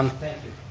um thank you,